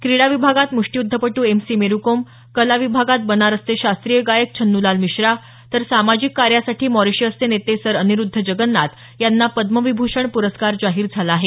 क्रिडा विभागात मुष्टीयुद्धपटू एम सी मेरी कोम कला विभागात बनारसचे शास्त्रीय गायक छन्नुलाल मिश्रा तर सामाजिक कार्यासाठी मॉरिशसचे नेते सर अनिरुद्ध जगन्नाथ यांना पद्मविभूषण प्रस्कार जाहीर झाला आहे